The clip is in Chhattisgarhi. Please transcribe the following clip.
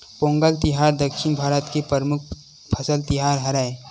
पोंगल तिहार दक्छिन भारत के परमुख फसल तिहार हरय